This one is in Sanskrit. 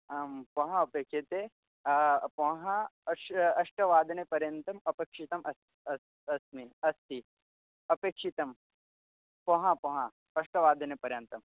आं पोहा अपेक्ष्यते पोहा अस्ति अष्टवादनपर्यन्तम् अपेक्षितम् अस्ति अस्ति अस्ति अस्ति अपेक्षितं पोहा पोहा अष्टवादनपर्यन्तम्